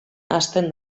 hasten